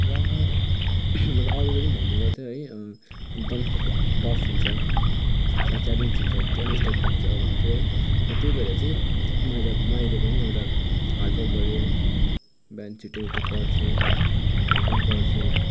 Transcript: र म अरूले पनि भन्ने गर्थ्यो है एकदम टफ हुन्छ खतरा च्यालेन्ज हुन्छ च्यालेन्ज टाइपको हुन्छ भन्थ्यो है र त्यही भएर चाहिँ मैले मैले पनि एउटा हार्ड वर्क गरेँ है बिहान छिट्टो उठ्थेँ पढ्थेँ बेलुका पनि पढथेँ